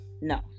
no